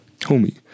homie